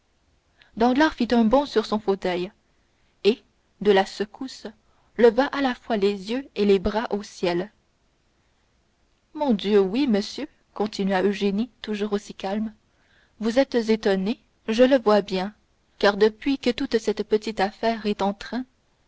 cavalcanti danglars fit un bond sur son fauteuil et de la secousse leva à la fois les yeux et les bras au ciel mon dieu oui monsieur continua eugénie toujours aussi calme vous êtes étonné je le vois bien car depuis que toute cette petite affaire est en train